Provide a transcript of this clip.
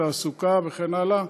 תעסוקה וכן הלאה.